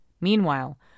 Meanwhile